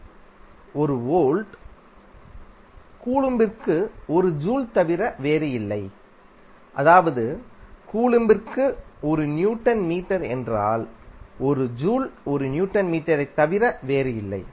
1 volt கூலொம்பிற்கு 1 joule தவிர வேறு இல்லை அதாவது கூலொம்பிற்கு 1 நியூட்டன் மீட்டர் என்றால் 1 ஜூல் 1 நியூட்டன் மீட்டரைத் தவிர வேறில்லை